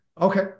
Okay